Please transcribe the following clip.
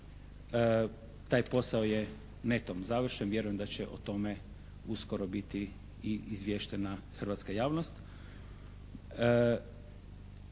Taj posao je netom završen, vjerujem da će o tome uskoro biti i izvještena hrvatska javnost.